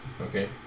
Okay